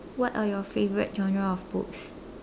what are your favorite genre of books